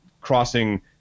crossing